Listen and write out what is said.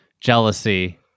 jealousy